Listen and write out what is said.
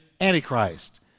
Antichrist